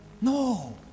No